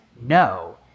no